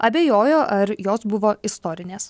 abejojo ar jos buvo istorinės